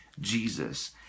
Jesus